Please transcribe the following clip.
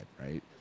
right